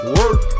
work